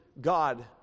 God